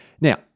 Now